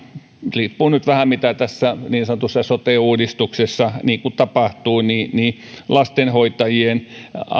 riippuu nyt vähän siitä mitä tässä niin sanotussa sote uudistuksessa tapahtuu lastenhoitajien